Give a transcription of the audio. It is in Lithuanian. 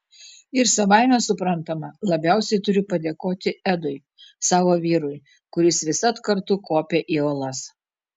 ir savaime suprantama labiausiai turiu padėkoti edui savo vyrui kuris visad kartu kopia į uolas